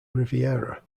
riviera